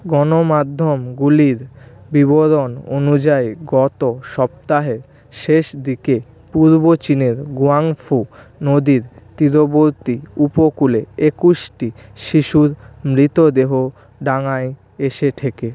গণমাধ্যমগুলির বিবরণ অনুযায়ী গত সপ্তাহের শেষ দিকে পূর্ব চীনের গুয়াংফু নদীর তীরবর্তী উপকূলে একুশটি শিশুর মৃতদেহ ডাঙায় এসে ঠেকে